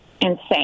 insane